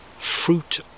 fruit